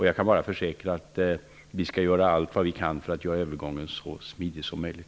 Jag kan bara försäkra att vi skall göra allt vi kan för att göra övergången så smidig som möjligt.